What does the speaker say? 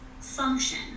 function